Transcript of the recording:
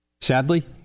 Sadly